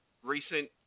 recent